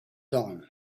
dawn